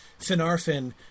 Finarfin